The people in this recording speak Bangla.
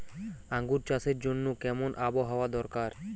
আঙ্গুর চাষের জন্য কেমন আবহাওয়া দরকার?